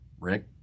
Rick